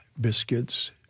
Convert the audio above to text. biscuits